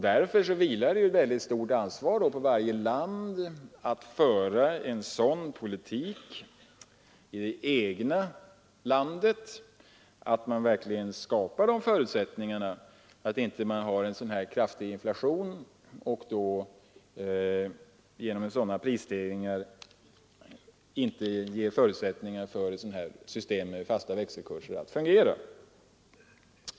Därför vilar det ett mycket stort ansvar på varje land att skapa förutsättningar i den egna politiken för att motverka en kraftig inflation, som gör att ett system med fasta växelkurser inte kan fungera.